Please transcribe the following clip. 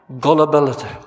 Gullibility